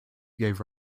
gave